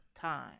time